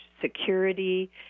security